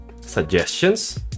suggestions